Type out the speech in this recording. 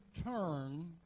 turn